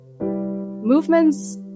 Movements